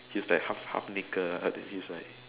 he's like half half naked and he's like